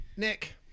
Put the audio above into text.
Nick